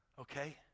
Okay